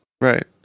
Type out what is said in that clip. Right